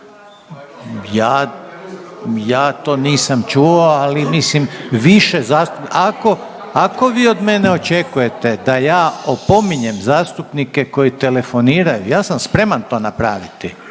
ja to nisam čuo, ali mislim više zastupni…, ako, ako vi od mene očekujete da ja opominjem zastupnike koji telefoniraju, ja sam spreman to napraviti.